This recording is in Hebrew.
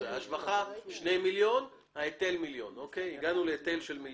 שני מיליון שקלים והיטל מיליון שקלים.